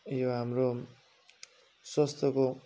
यो हाम्रो स्वास्थ्यको